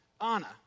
Anna